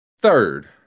Third